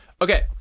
Okay